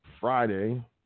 Friday